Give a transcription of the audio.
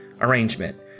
arrangement